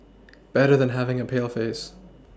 better than having a pale face